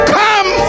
come